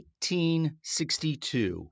1862